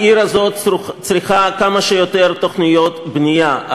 העיר הזאת צריכה כמה שיותר תוכניות בנייה,